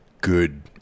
good